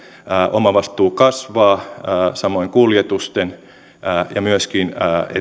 omavastuu kasvaa samoin kuljetusten ja myöskin